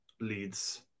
leads